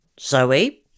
Zoe